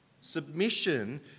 Submission